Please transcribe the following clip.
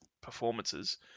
performances